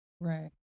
Right